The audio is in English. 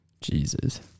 Jesus